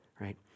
right